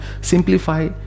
simplify